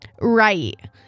right